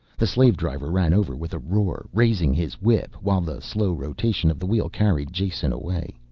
the slave-driver ran over with a roar, raising his whip, while the slow rotation of the wheel carried jason away.